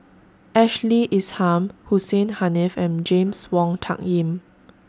Ashley Isham Hussein Haniff and James Wong Tuck Yim